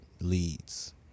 leads